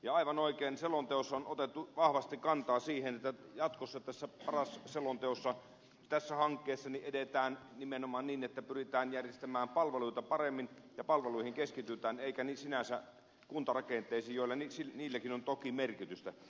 ja aivan oikein selonteossa on otettu vahvasti kantaa siihen että jatkossa tässä paras hankkeessa edetään nimenomaan niin että pyritään järjestämään palveluita paremmin ja keskitytään palveluihin eikä sinänsä kuntarakenteisiin joilla niilläkin on toki merkitystä